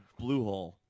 Bluehole